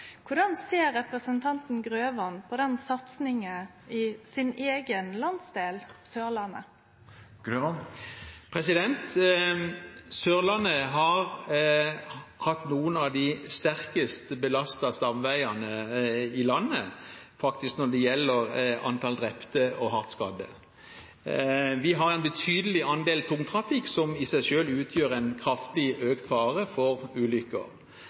Korleis ser representanten Grøvan på satsinga i hans eigen landsdel, Sørlandet? Sørlandet har faktisk hatt noen av de sterkest belastede stamveiene i landet når det gjelder antallet drepte og hardt skadde. Vi har en betydelig andel tungtrafikk, som i seg selv utgjør en kraftig økt fare for